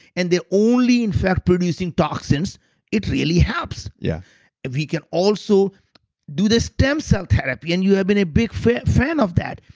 and the only and fact producing docs says it really helps. yeah if we can also do the stem cell therapy and you have been a big fan fan of that,